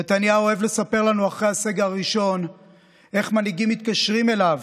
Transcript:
נתניהו אהב לספר לנו אחרי הסגר הראשון איך מנהיגים מתקשרים אליו